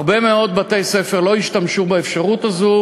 הרבה מאוד בתי-ספר לא השתמשו באפשרות הזו,